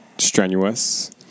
Strenuous